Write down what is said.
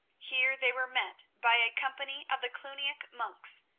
here they were met by a company of the cluniac monks,